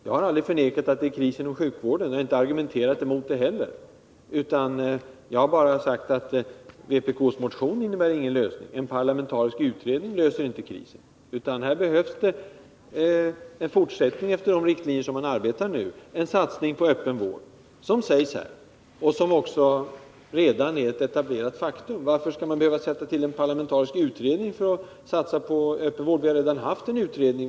Jag har aldrig förnekat att det är kris inom sjukvården på många håll, utan jag har bara sagt att vpk:s motion inte innebär någon lösning. En parlamentarisk utredning löser inte krisen, utan det behövs en fortsättning av arbetet enligt de riktlinjer som man arbetar efter nu, med bl.a. en satsning på öppenvård. Varför skall man behöva sätta till en parlamentarisk utredning för att satsa på öppenvård? Vi har redan haft en utredning.